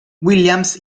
williams